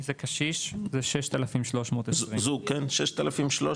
אם זה קשיש, 6,420 ₪.